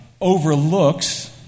overlooks